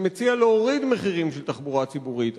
שמציע להוריד מחירים של תחבורה ציבורית,